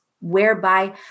whereby